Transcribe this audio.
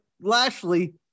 Lashley